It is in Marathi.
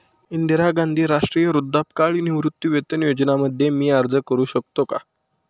इंदिरा गांधी राष्ट्रीय वृद्धापकाळ निवृत्तीवेतन योजना मध्ये मी अर्ज का करू शकतो का?